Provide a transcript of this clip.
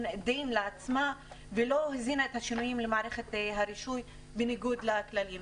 לעצמה ולא הזינה את השינויים למערכת הרישוי בניגוד לכללים.